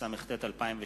התשס"ט 2008,